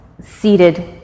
seated